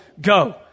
go